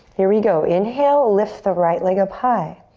here we go. inhale, lift the right leg up high.